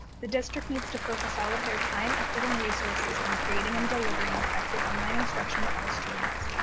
the district needs to focus all of their time, effort, and resources on creating and delivering effective online instruction to all students.